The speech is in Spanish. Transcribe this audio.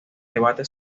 debate